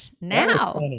now